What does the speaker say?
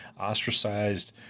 ostracized